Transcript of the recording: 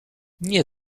nie